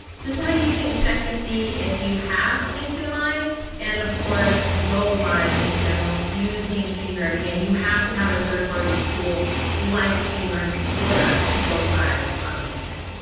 this is how you can check to see if you have linkedin live and of course go live in general using streamyard again. you have to have a third party tool like streamyard in order to go live on linkedin.